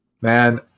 man